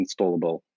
installable